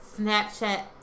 Snapchat